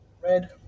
Red